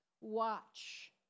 watch